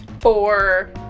four